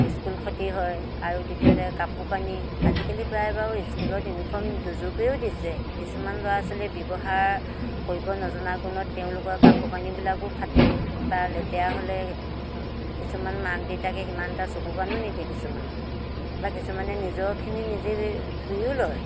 school খতি হয় আৰু দ্বিতীয়তে কাপোৰ কানি আজিকালি প্ৰায় বাৰু স্কুলত ইউনিফৰ্ম দুযোৰকৈও দিছে কিছুমান ল'ৰা ছোৱালীয়ে ব্যৱহাৰ কৰিব নজনা গুণত তেওঁলোকৰ কাপোৰ কানিবিলাকো ফাঁটে বা লেতেৰা হ'লে কিছুমান মাক দেউতাকে সিমান এটা চকু কাণো নিদিয়ে কিছুমানৰ বা কিছুমানে নিজৰখিনি নিজে ধুইও লয়